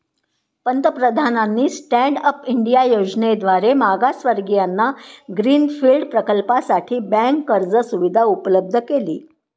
पंतप्रधानांनी stand up India योजनेद्वारे मागासवर्गीयांना ग्रीन फील्ड प्रकल्पासाठी बँक कर्ज सुविधा उपलब्ध केली